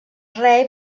rei